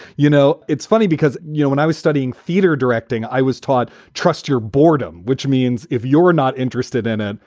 you know, it's funny because, you know, when i was studying theater directing, i was taught trust your boredom, which means if you're not interested in it,